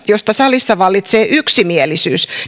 josta salissa vallitsee yksimielisyys